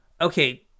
okay